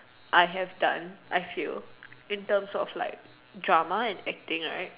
I have done I feel in terms of like drama and acting right